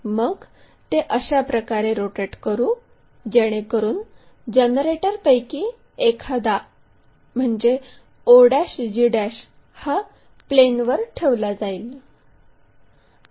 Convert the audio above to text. मग ते अशा प्रकारे रोटेट करू जेणेकरून जनरेटरपैकी एखादा म्हणजे o g हा प्लेनवर ठेवला जाईल